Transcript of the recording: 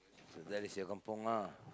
so that is your kampung lah